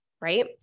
right